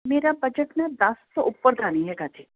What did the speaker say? ਮੇਰਾ ਬਜਟ ਨਾ ਦਸ ਤੋਂ ਉੱਪਰ ਦਾ ਨਹੀਂ ਹੈਗਾ ਜੀ